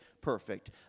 perfect